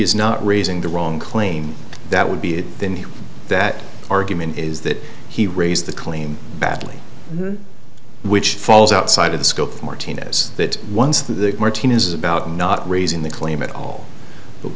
is not raising the wrong claim that would be it then that argument is that he raised the claim badly which falls outside of the scope of martinez that once the fourteen is about not raising the claim at all